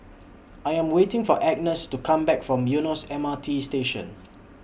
I Am waiting For Agness to Come Back from Eunos M R T Station